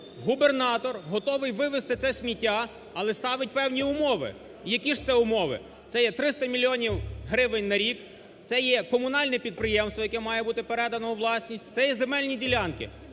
губернатор готовий вивезти це сміття, але ставить певні умови. Які ж це мови? Це є триста мільйонів гривень на рік, це є комунальне підприємство, яке має бути передано у власність, це є земельні ділянки.